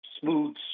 smooth